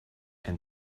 and